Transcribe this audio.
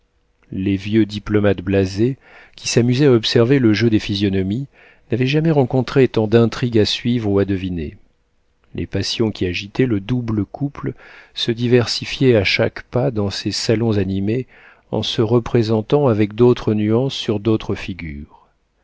les vieux diplomates blasés qui s'amusaient à observer le jeu des physionomies n'avaient jamais rencontré tant d'intrigues à suivre ou à deviner les passions qui agitaient le double couple se diversifiaient à chaque pas dans ces salons animés en se représentant avec d'autres nuances sur d'autres figures